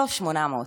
1.8 קילו.